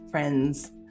Friends